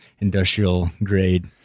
industrial-grade